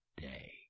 day